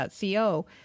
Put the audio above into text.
co